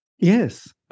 yes